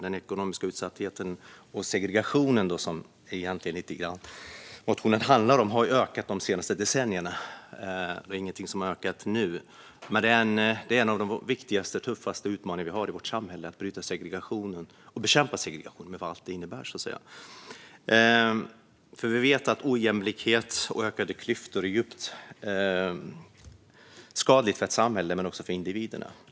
Den ekonomiska utsattheten och segregationen, som interpellationen egentligen handlar om, har ökat de senaste decennierna; det är inget som har ökat nu. Att bryta och bekämpa segregationen, med allt vad den innebär, är en av de tuffaste och viktigaste utmaningar vi har i vårt samhälle. Vi vet att ojämlikhet och ökade klyftor är djupt skadligt för ett samhälle men också för individerna.